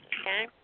okay